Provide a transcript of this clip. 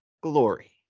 glory